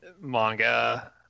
manga